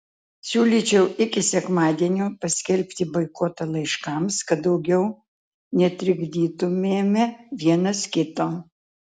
siūlyčiau iki sekmadienio paskelbti boikotą laiškams kad daugiau netrikdytumėme vienas kito